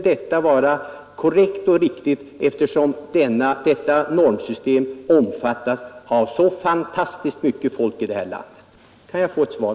Det är mycket folk i det här landet som omfattas av dessa värderingar.